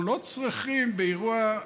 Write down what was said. אנחנו לא צריכים באירוע,